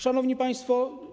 Szanowni Państwo!